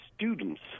students